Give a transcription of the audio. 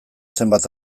zenbat